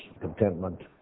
contentment